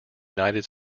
united